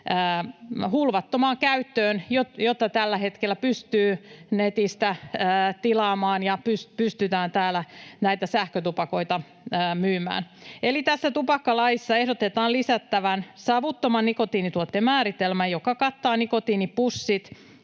hulvattomaan käyttöön, kun tällä hetkellä pystyy netistä tilaamaan ja pystytään täällä näitä sähkötupakoita myymään. Eli tässä tupakkalaissa ehdotetaan lisättäväksi savuttoman nikotiinituotteen määritelmä, joka kattaa nikotiinipussit